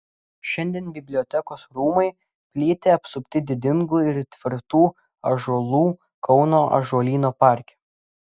šiandien bibliotekos rūmai plyti apsupti didingų ir tvirtų ąžuolų kauno ąžuolyno parke